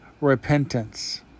repentance